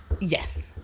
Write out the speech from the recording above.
Yes